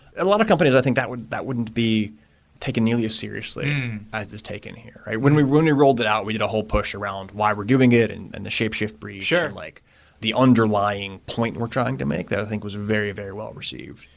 a lot of companies, i think that wouldn't that wouldn't be taken nearly as seriously as it's taken here. when we rolled it rolled it out, we did a whole push around why we're doing it and and the shapeshift breach and yeah like the underlying point we're trying to make that i think was very very well received.